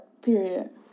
Period